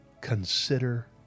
consider